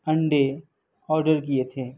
انڈے آڈر کیے تھے